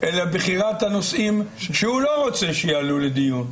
אלא בחירת הנושאים שהוא לא רוצה שיעלו לדיון.